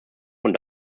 von